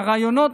מהרעיונות,